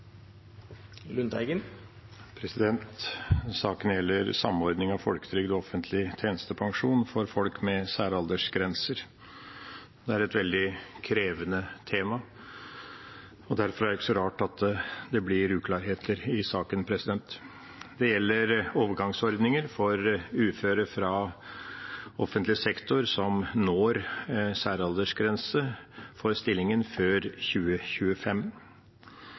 et veldig krevende tema. Derfor er det ikke så rart at det blir uklarheter i saken. Det gjelder overgangsordninger for uføre fra offentlig sektor som når særaldersgrense for stillingen før 2025.